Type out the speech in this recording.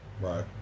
Right